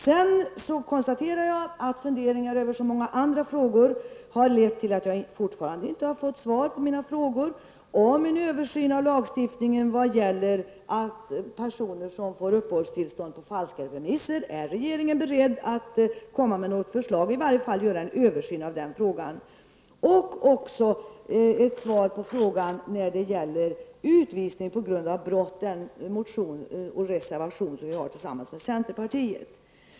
Vidare konstaterar jag att funderingar över många andra spörsmål har lett till att jag fortfarande inte fått svar på mina frågor om en översyn av lagstiftningen mot att personer får uppehållstillstånd på falska premisser. Är regeringen beredd att komma med något förslag eller i varje fall göra en översyn i den frågan? Jag vill också ha ett svar på frågan om utvisning på grund av brott, där vi tillsammans med centerpartiet har en motion och en reservation.